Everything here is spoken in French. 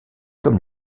comme